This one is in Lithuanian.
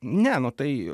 ne nu tai